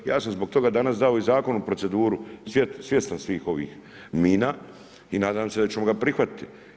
Ja sam zbog toga danas dao i Zakon u proceduru svjestan svih ovih mina i nadam se da ćemo ga prihvatiti.